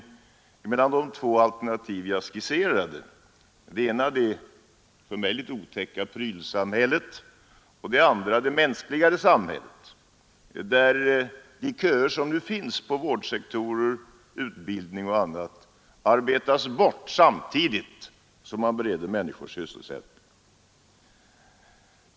Jag skisserade då två alternativ för samhällsutvecklingen: det ena är det för mig litet otäcka prylsamhället och det andra är ett mänskligare samhälle, där de köer som nu finns inom vårdsektorn, utbildningen och på andra håll arbetas bort samtidigt som människor bereds sysselsättning.